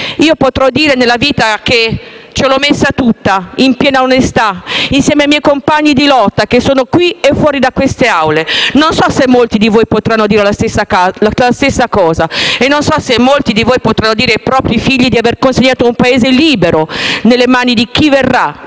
Io potrò dire nella vita che ce l'ho messa tutta, in piena onestà, insieme ai miei compagni di lotta che sono qui e fuori da queste Aule. Non so se molti di voi potranno dire la stessa cosa né se potranno dire ai propri figli di aver consegnato un Paese libero nelle mani di chi verrà.